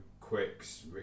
Quicks